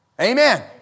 Amen